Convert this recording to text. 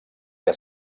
que